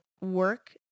work